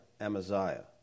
Amaziah